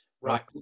Right